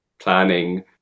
planning